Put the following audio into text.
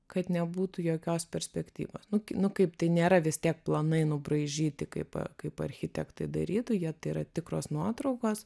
kad nebūtų jokios perspektyvos nu nu kaip tai nėra vis tiek planai nubraižyti kaip kaip architektai darytų jie tai yra tikros nuotraukos